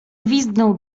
gwizdnął